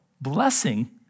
blessing